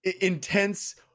intense